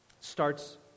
starts